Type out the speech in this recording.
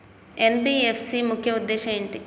NBFC ముఖ్య ఉద్దేశం ఏంటి?